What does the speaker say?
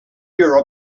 your